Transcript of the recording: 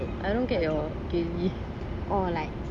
I don't get your கேள்வி:kealvi